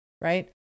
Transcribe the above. right